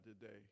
today